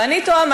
ואני תוהה,